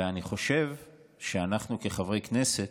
ואני חושב שאנחנו כחברי כנסת,